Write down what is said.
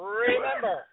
remember